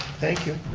thank you.